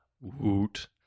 woot